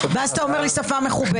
ואז אתה אומר לי "שפה מכובדת".